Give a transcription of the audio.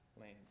land